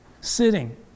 sitting